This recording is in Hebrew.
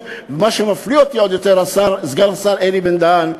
מה שמפליא אותי עוד יותר, סגן השר אלי בן-דהן,